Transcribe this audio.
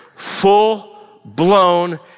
full-blown